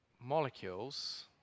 molecules